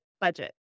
budget